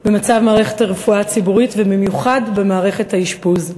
במצב מערכת הרפואה הציבורית ובמיוחד במערכת האשפוז.